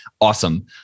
awesome